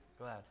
Glad